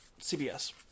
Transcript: CBS